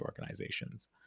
organizations